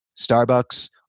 Starbucks